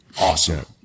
awesome